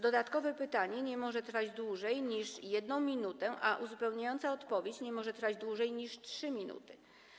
Dodatkowe pytanie nie może trwać dłużej niż 1 minutę, a uzupełniająca odpowiedź nie może trwać dłużej niż 3 minuty.